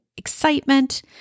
Excitement